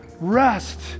rest